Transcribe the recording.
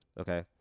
okay